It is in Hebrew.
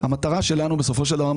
המטרה שלנו בסופו של דבר,